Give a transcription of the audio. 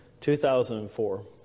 2004